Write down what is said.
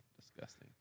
disgusting